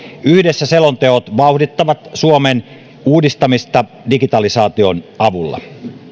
yhdessä selonteot vauhdittavat suomen uudistamista digitalisaation avulla